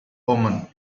omen